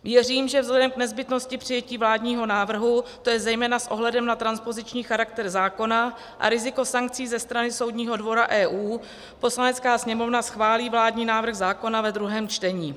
Věřím, že vzhledem k nezbytnosti přijetí vládního návrhu, to je zejména s ohledem na transpoziční charakter zákona a riziko sankcí ze strany soudního dvora EU, Poslanecká sněmovna schválí vládní návrh zákona ve druhém čtení.